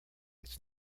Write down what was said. it’s